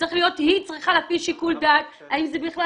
היא צריכה להפעיל שיקול דעת האם זה בכלל